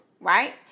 right